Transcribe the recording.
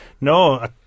no